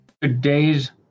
Today's